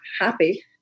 happy